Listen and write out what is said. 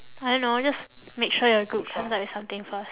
I don't know just make sure your group comes up with something first